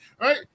right